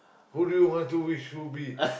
who do you want to wish who be